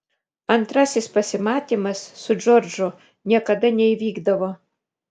antrasis pasimatymas su džordžu niekada neįvykdavo